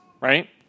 right